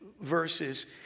verses